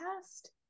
test